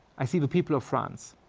i see the people of france.